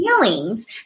feelings